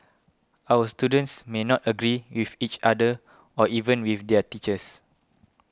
our students may not agree with each other or even with their teachers